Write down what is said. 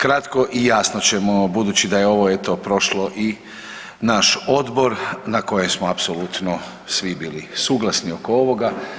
Kratko i jasno ćemo budući da je ovo eto prošlo i naš odbor na kojem smo apsolutno svi bili suglasni oko ovoga.